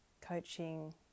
coaching